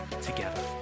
together